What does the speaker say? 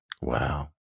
Wow